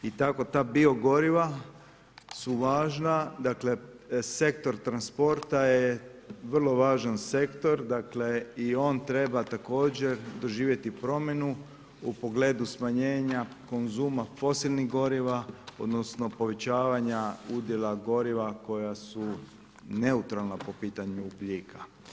I tako ta biogoriva su važna dakle sektor transporta je vrlo važan sektor dakle i on treba također doživjeti promjenu u pogledu smanjenja konzuma posebnih goriva odnosno povećavanja udjela goriva koja su neutralna po pitanju ugljika.